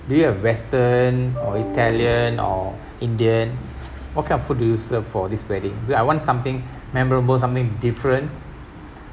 do you have western or italian or indian what kind of food do you serve for this wedding because I want something memorable something different